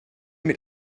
meet